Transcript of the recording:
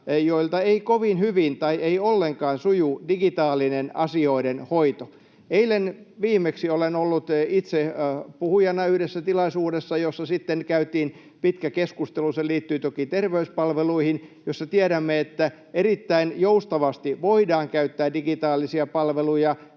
joilta ei kovin hyvin tai ei ollenkaan suju digitaalinen asioiden hoito. Eilen viimeksi olen ollut itse puhujana yhdessä tilaisuudessa, jossa sitten käytiin pitkä keskustelu. Se liittyi toki terveyspalveluihin, joista tiedämme, että erittäin joustavasti voidaan käyttää digitaalisia palveluja